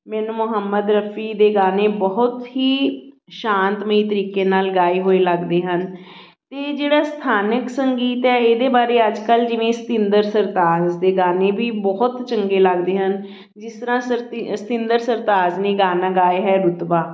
ਮੈਨੂੰ ਮੁਹੰਮਦ ਰਫੀ ਦੇ ਗਾਣੇ ਬਹੁਤ ਹੀ ਸ਼ਾਂਤਮਈ ਤਰੀਕੇ ਨਾਲ ਗਾਏ ਹੋਈ ਲੱਗਦੇ ਹਨ ਅਤੇ ਜਿਹੜਾ ਸਥਾਨਕ ਸੰਗੀਤ ਹੈ ਇਹਦੇ ਬਾਰੇ ਅੱਜ ਕੱਲ੍ਹ ਜਿਵੇਂ ਸਤਿੰਦਰ ਸਰਤਾਜ ਦੇ ਗਾਣੇ ਵੀ ਬਹੁਤ ਚੰਗੇ ਲੱਗਦੇ ਹਨ ਜਿਸ ਤਰ੍ਹਾਂ ਸਰਤੀ ਸਤਿੰਦਰ ਸਰਤਾਜ ਨੇ ਗਾਣਾ ਗਾਇਆ ਹੈ ਰੁਤਬਾ